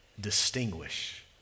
distinguish